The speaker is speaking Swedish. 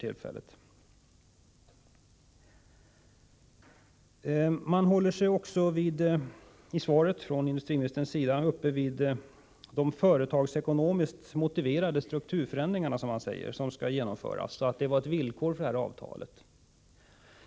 I svaret uppehåller sig industriministern också vid de ”företagsekonomiskt motiverade strukturförändringar” som skall genomföras och menar att de var ett villkor för det här avtalet.